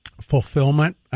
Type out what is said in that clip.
fulfillment